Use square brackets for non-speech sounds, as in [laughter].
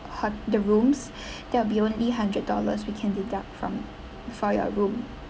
ho~ the rooms [breath] there will be only hundred dollars we can deduct from for your room